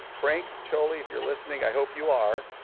frank jolie if you are listening, i hope you are,